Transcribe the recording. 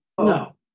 No